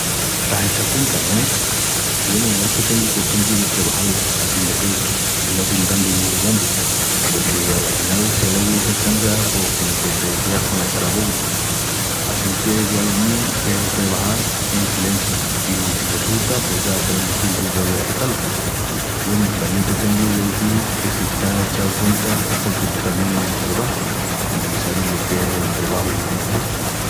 T'ás echau cuenta, no es? Güenu, es que tengu costumbri de trebajal assín de queu i no dil dandu bombu, porque afinal si alogu s'eschanga pos comu que te queas cona cara de bobu. Assinque yo a lo míu qu'es el trebajal en silenciu i si resulta pos ya tenemus tiempu de desfrutá-lu. Güenu, tamién te tengu d'izil que si t'ás echau cuenta es porque tú tamién trebajas i sabis lo qu'es el trebaju bien hechu.